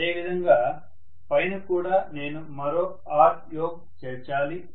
అదేవిధంగా పైన కూడా నేను మరో Ryoke చేర్చాలి